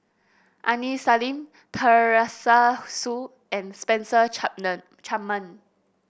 Aini Salim Teresa Hsu and Spencer Chapman